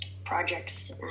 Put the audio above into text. Projects